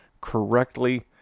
correctly